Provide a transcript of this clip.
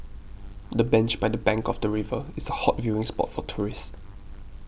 the bench by the bank of the river is a hot viewing spot for tourists